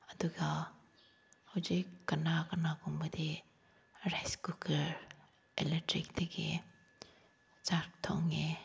ꯑꯗꯨꯒ ꯍꯧꯖꯤꯛ ꯀꯅꯥ ꯀꯅꯥꯒꯨꯝꯕꯗꯤ ꯔꯥꯏꯁ ꯀꯨꯀꯔ ꯑꯦꯂꯦꯛꯇ꯭ꯔꯤꯛꯇꯒꯤ ꯆꯥꯛ ꯊꯣꯡꯉꯦ